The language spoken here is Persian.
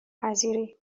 پذیری